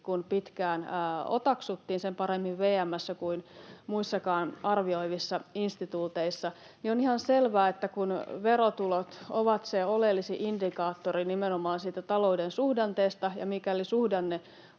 kuin pitkään otaksuttiin sen paremmin VM:ssä kuin muissakaan arvioivissa instituuteissa — on ihan selvää, että kun verotulot ovat se oleellisin indikaattori nimenomaan siitä talouden suhdanteesta ja mikäli suhdanne